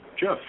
Jeff